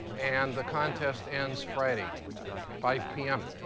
and the contest ends friday five pm.